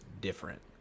different